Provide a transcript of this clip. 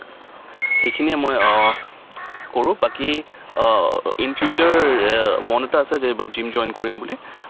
সেইখিনিয়েই মই কৰোঁ বাকী ইন ফিউচাৰ মন এটা আছে যে জিম জইন কৰিম বুলি